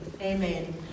Amen